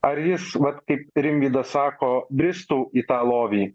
ar jis vat kaip rimvydas sako bristų į tą lobį